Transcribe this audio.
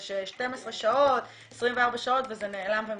זה ש12-24 שעות זה מתנדף.